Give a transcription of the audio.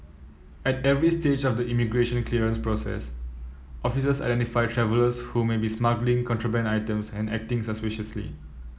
at every stage of the immigration clearance process officers identify travellers who may be smuggling contraband items and acting suspiciously